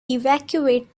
evacuate